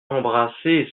embrasser